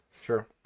Sure